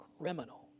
criminal